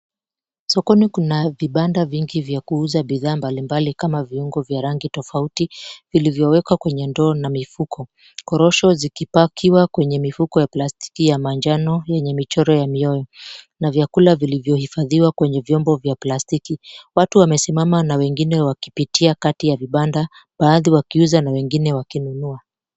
Sokoni kuna vibanda vingi vya kuuza bidhaa mbalimbali kama viungo vya rangi tofauti vilivyowekwa kwenye ndoo na mifuko, korosho zikipakiwa kwenye mifuko ya plastiki ya manjano yenye michoro ya mioyo, na vyakula vilivyohifadhiwa kwenye vyombo vya plastiki. Watu wamesimama na wengine wakipitia kati ya vibanda baadhi wakiuza na wengine wakinunua.